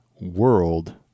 world